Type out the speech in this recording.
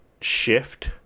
shift